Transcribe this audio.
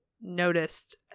noticed